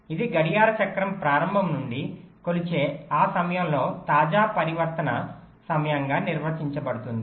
ఇది గడియార చక్రం ప్రారంభం నుండి కొలిచే ఆ సమయంలో తాజా పరివర్తన సమయంగా నిర్వచించబడుతుంది